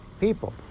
people